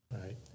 Right